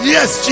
Yes